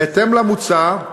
בהתאם למוצע,